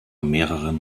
mehreren